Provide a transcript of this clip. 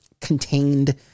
contained